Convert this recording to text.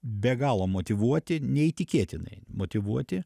be galo motyvuoti neįtikėtinai motyvuoti